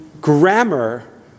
grammar